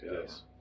Yes